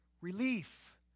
Relief